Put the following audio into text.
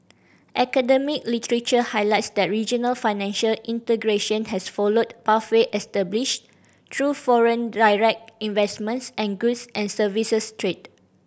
academic literature highlights that regional financial integration has followed pathway established through foreign direct investments and goods and services trade